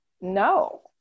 no